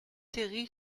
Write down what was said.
série